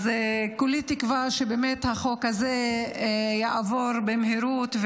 אז כולי תקווה שהחוק הזה באמת יעבור במהירות,